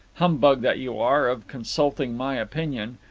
humbug that you are! of consulting my opinion.